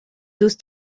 دوست